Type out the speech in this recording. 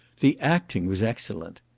the acting was excellent.